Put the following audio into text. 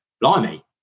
blimey